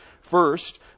First